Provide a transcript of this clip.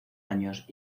años